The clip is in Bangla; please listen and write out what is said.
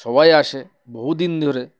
সবাই আসে বহুদিন ধরে